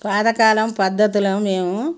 పాతకాలం పద్ధతులు మేము